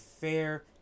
fair